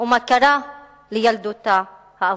ומה קרה לילדותה האבודה.